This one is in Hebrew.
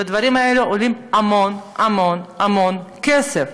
והדברים האלה עולים המון המון המון כסף.